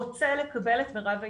רוצה לקבל את מירב האינפורמציה.